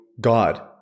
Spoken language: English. God